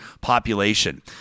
population